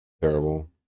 terrible